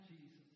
Jesus